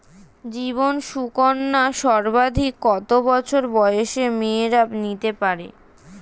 জীবন সুকন্যা সর্বাধিক কত বছর বয়সের মেয়েরা নিতে পারে?